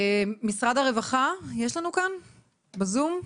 משרד הרווחה, יש לנו בזום?